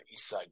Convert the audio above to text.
Eastside